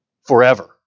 forever